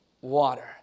water